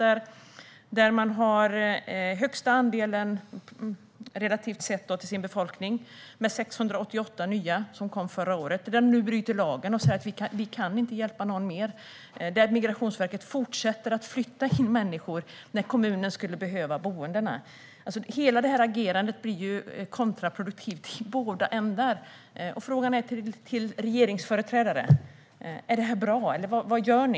Där har man den största andelen nyanlända, i relation till sin befolkning, med de 688 som kom förra året. Där bryter man nu mot lagen och säger att man inte kan hjälpa fler. Men Migrationsverket fortsätter att flytta människor dit, trots att kommunen skulle behöva boendena. Hela detta agerande blir kontraproduktivt i båda ändar. Min fråga till regeringsföreträdare blir därför: Är detta bra, och vad gör ni?